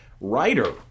writer